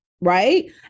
right